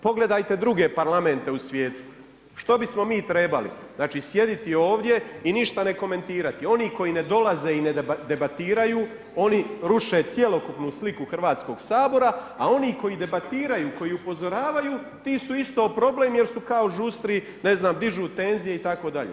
Pogledajte druge parlamente u svijetu, što bismo mi trebali, znači sjediti ovdje i ništa ne komentirati, oni koji ne dolaze i ne debatiraju oni ruše cjelokupnu sliku Hrvatskog sabora, a oni koji debatiraju koji upozoravaju ti su isto problem jer su kao žustri, ne znam dižu tenzije itd.